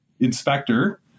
Inspector